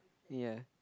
ya